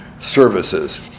services